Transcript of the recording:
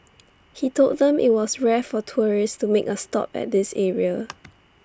he told them that IT was rare for tourists to make A stop at this area